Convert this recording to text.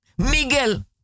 Miguel